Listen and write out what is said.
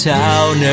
town